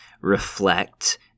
reflect